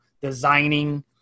designing